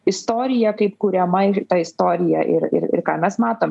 istorija kaip kuriama ir ta istorija ir ir ir ką mes matom